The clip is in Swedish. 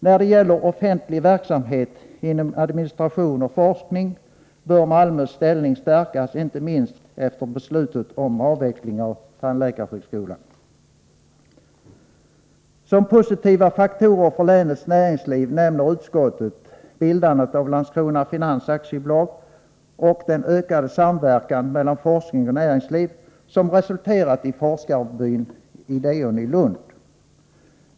När det gäller offentlig verksamhet inom administration och forskning bör Malmös ställning stärkas, inte minst efter beslutet om avveckling av tandläkarhögskolan. Som positiva faktorer för länets näringsliv nämner utskottet bildandet av Landskrona Finans AB och den ökade samverkan mellan forskning och näringsliv som resulterat i forskarbyn IDEON i Lund.